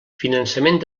finançament